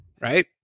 Right